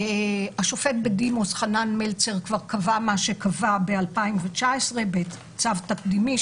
השופט בדימוס חנן מלצר כבר קבע מה שקבע ב-2019 בצו תקדימי,